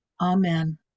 Amen